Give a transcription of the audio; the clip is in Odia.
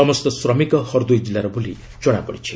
ସମସ୍ତ ଶ୍ରମିକ ହର୍ଦୋଇ ଜିଲ୍ଲାର ବୋଲି କଣାପଡ଼ିଛି